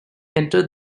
entered